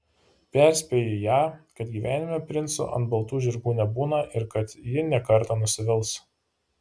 perspėji ją kad gyvenime princų ant baltų žirgų nebūna ir kad ji ne kartą nusivils